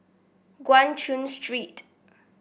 Guan Chuan Street